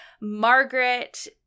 Margaret